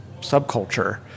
subculture